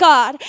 God